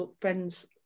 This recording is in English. friends